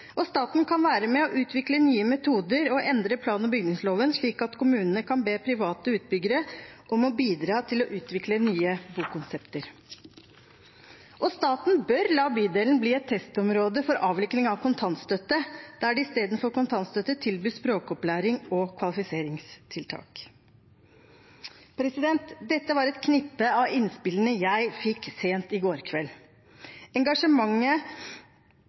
Staten kan være med og utvikle nye metoder og endre plan- og bygningsloven, slik at kommunene kan be private utbyggere om å bidra til å utvikle nye bokonsepter. Staten bør la bydelen bli et testområde for avvikling av kontantstøtte, der det istedenfor kontantstøtte tilbys språkopplæring og kvalifiseringstiltak. Dette var et knippe av innspillene jeg fikk sent i går kveld. Engasjementet